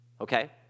Okay